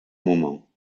moment